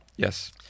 Yes